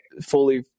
fully